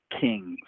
kings